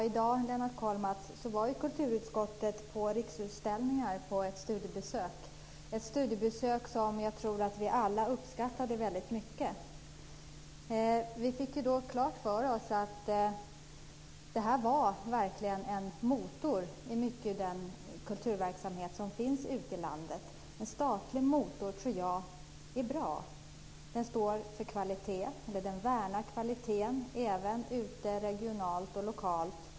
Fru talman! I dag var kulturutskottet på studiebesök hos Riksutställningar, ett studiebesök som jag tror att vi alla uppskattade väldigt mycket. Vi fick då klart för oss att Riksutställningar verkligen var mycket av en motor i den kulturverksamhet som finns ute i landet. Jag tror att det är bra med en statlig motor. Den värnar kvaliteten, även regionalt och lokalt.